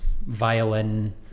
violin